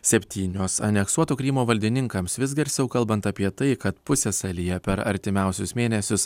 septynios aneksuoto krymo valdininkams vis garsiau kalbant apie tai kad pusiasalyje per artimiausius mėnesius